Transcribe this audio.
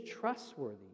trustworthy